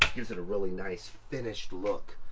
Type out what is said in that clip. gives it a really nice finished look